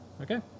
Okay